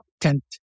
tent